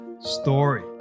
story